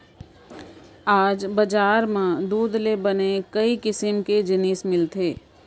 आज बजार म दूद ले बने कई किसम के जिनिस मिलथे